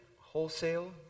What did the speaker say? wholesale